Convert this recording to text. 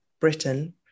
Britain